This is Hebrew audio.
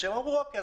הם אומרים: אוקיי,